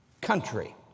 country